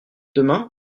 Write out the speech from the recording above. demain